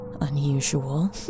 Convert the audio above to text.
Unusual